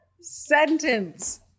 sentence